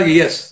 yes